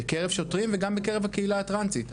בקרב שוטרים וגם בקרב הקהילה הטרנסית.